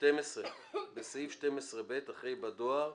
"(12)בסעיף 12ב אחרי "בדואר"